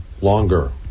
longer